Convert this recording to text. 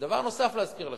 דבר נוסף להזכיר לך: